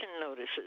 notices